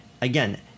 again